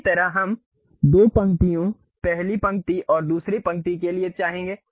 इसी तरह हम दो पंक्तियों पहली पंक्ति और दूसरी पंक्ति के लिए चाहेंगे